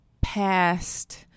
past